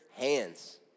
hands